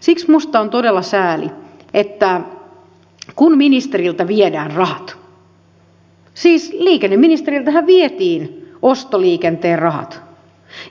siksi minusta on todella sääli että ministeriltä viedään rahat siis liikenneministeriltähän vietiin ostoliikenteen rahat